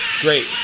Great